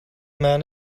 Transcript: man